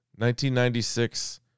1996